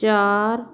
ਚਾਰ